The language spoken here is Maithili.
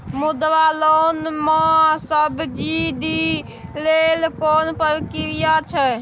मुद्रा लोन म सब्सिडी लेल कोन प्रक्रिया छै?